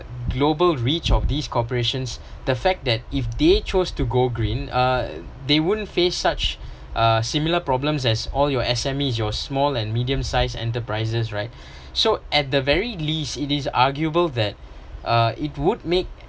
global reach of these corporations the fact that if they chose to go green uh they won't face such uh similar problems as all your S_M_Es your small and medium size enterprises right so at the very least it is arguable that uh it would make